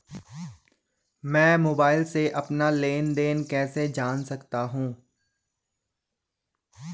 मैं मोबाइल से अपना लेन लेन देन कैसे जान सकता हूँ?